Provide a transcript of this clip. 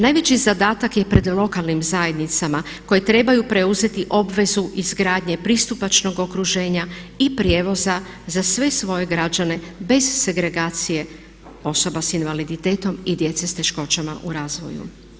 Najveći zadatak je pred lokalnim zajednicama koje trebaju preuzeti obvezu izgradnje pristupačnog okruženja i prijevoza za sve svoje građane bez segregacije osoba s invaliditetom i djece s teškoćama u razvoju.